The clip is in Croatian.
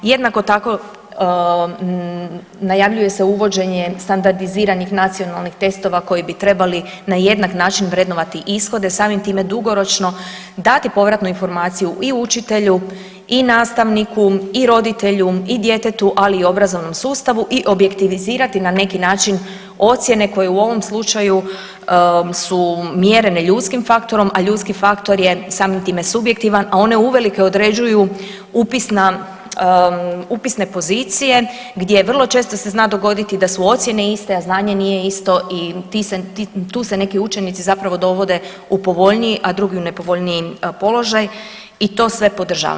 Jednako tako, najavljuje se uvođenje standardiziranih nacionalnih testova koji bi trebali na jednak način vrednovati ishode, samim time dugoročno dati povratnu informaciju i učitelju i nastavniku i roditelju i djetetu, ali i obrazovnom sustavu, i objektivizirati na neki način, ocjene koje u ovom slučaju su mjerene ljudskim faktorom, a ljudski faktor je samim time, subjektivan, a one uvelike određuju upisne pozicije gdje vrlo često se zna dogoditi da su ocjene iste, a znanje nije isto i ti se, tu se neki učenici zapravo dovode u povoljniji, a drugi u nepovoljniji položaj i to sve podržavam.